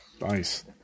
Nice